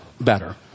better